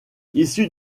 issue